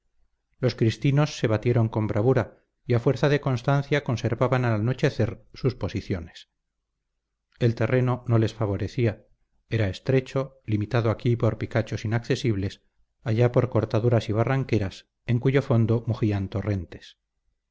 los cristinos se batieron con bravura y a fuerza de constancia conservaban al anochecer sus posiciones el terreno no les favorecía era estrecho limitado aquí por picachos inaccesibles allá por cortaduras y barranqueras en cuyo fondo mugían torrentes